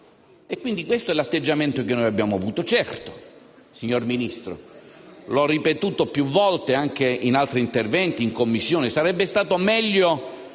italiani. Questo è l'atteggiamento che noi abbiamo avuto. Certo, signora Ministro, come ho ripetuto più volte in altri interventi e in Commissione, sarebbe stato preferibile